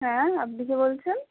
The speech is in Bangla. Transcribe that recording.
হ্যাঁ আপনি কে বলছেন